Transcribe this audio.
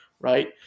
right